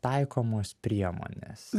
taikomos priemonės